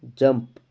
jump